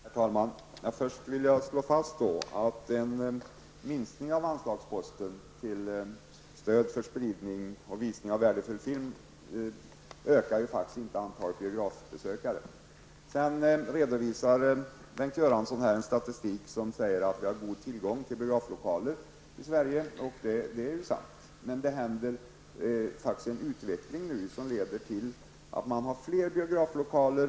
Herr talman! Först vill jag slå fast att en minskning av anslaget för spridning och visning av värdefull film faktiskt inte ökar antalet biografbesökare. Bengt Göransson redovisade en statistik som går ut på att vi i Sverige har god tillgång på biograflokaler, och det är ju sant. Vi har nu en utveckling mot fler biograflokaler.